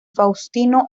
faustino